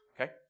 okay